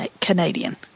Canadian